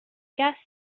guess